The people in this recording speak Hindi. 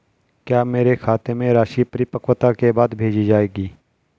क्या मेरे खाते में राशि परिपक्वता के बाद भेजी जाएगी?